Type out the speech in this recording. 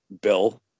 Bill